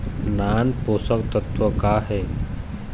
नान पोषकतत्व का हे?